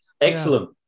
Excellent